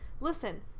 Listen